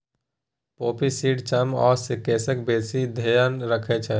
poppy seed चाम आ केसक बेसी धेआन रखै छै